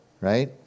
right